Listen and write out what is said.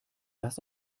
das